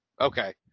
Okay